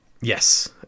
Yes